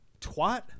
Twat